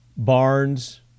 Barnes